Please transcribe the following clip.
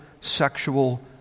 sexual